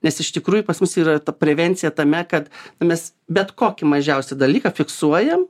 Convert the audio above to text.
nes iš tikrųjų pas mus ir yra ta prevencija tame kad mes bet kokį mažiausią dalyką fiksuojam